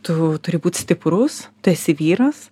tu turi būt stiprus tu esi vyras